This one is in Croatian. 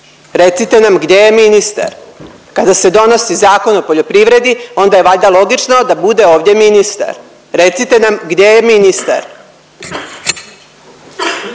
recite nam gdje je ministar? Kada se donosi Zakon o poljoprivredi onda je valjda logično da bude ovdje ministar, recite nam gdje je ministar?